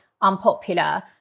unpopular